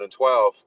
2012